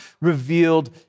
revealed